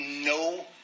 no